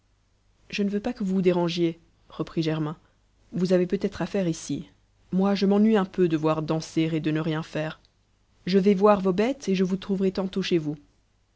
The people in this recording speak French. je ne veux pas que vous vous dérangiez reprit germain vous avez peut-être affaire ici moi je m'ennuie un peu de voir danser et de ne rien faire je vais voir vos bêtes et je vous trouverai tantôt chez vous